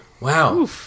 Wow